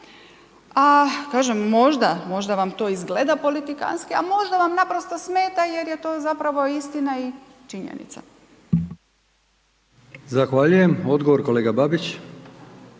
A kažem možda, možda vam to izgleda to politikantski, a možda vam naprosto smeta jer je to zapravo istina i činjenica. **Brkić, Milijan (HDZ)** Zahvaljujem. Odgovor kolega Babić.